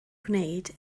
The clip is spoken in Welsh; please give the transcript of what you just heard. gwneud